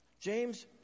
James